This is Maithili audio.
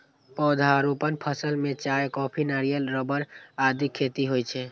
पौधारोपण फसल मे चाय, कॉफी, नारियल, रबड़ आदिक खेती होइ छै